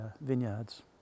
vineyards